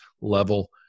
level